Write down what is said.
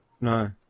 No